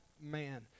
man